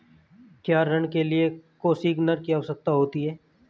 क्या ऋण के लिए कोसिग्नर की आवश्यकता होती है?